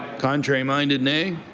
contrary-minded, nay?